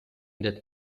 that